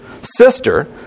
sister